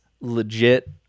legit